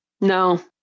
No